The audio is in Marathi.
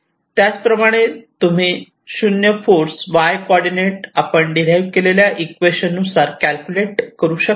त्याच प्रमाणे तुम्ही 0 फोर्स y कॉर्डीनेट आपण डीराईव्ह केलेल्या इक्वेशन नुसार कॅल्क्युलेट करू शकतात